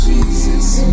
Jesus